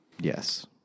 Yes